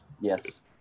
Yes